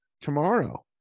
tomorrow